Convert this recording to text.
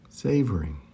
savoring